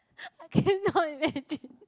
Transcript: I cannot imagine